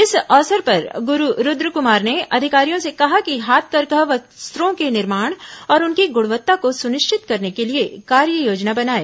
इस अवसर पर गुरू रूद्रकुमार ने अधिकारियों से कहा कि हाथकरघा वस्त्रों के निर्माण और उनकी गुणवत्ता को सुनिश्चित करने के लिए कार्ययोजना बनाए